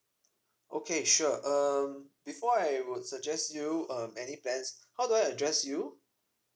okay sure um before I would suggest you um any plans how do I address you